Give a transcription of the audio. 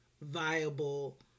viable